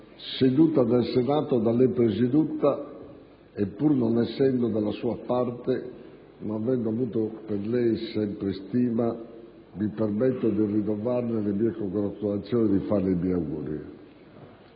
seduta del Senato da lei presieduta e, pur non essendo dalla sua parte, avendo avuto per lei sempre stima, mi permetto di rinnovarle le mie congratulazioni e di farle i miei auguri.